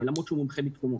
למרות שהוא מומחה בתחומו?